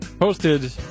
posted